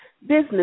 business